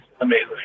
Amazing